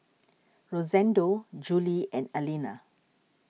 Rosendo Jule and Allena